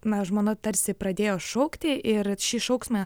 na žmona tarsi pradėjo šaukti ir šį šauksmą